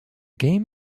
game